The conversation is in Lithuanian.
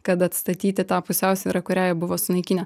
kad atstatyti tą pusiausvyrą kurią jie buvo sunaikinę